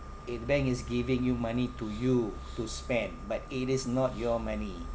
i~ bank is giving you money to you to spend but it is not your money